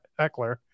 Eckler